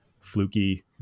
fluky